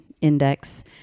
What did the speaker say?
index